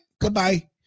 goodbye